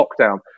lockdown